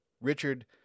Richard